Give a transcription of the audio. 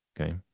Okay